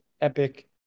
epic